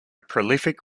prolific